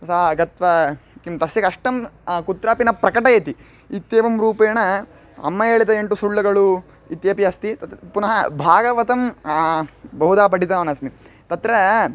सा गत्वा किं तस्य कष्टं कुत्रापि न प्रकटयति इत्येवं रूपेण अम्मयेळिद एण्टुसुळ्ळगळु इत्यपि अस्ति तत् पुनः भागवतं बहुधा पठितवान् अस्मि तत्र